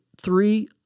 three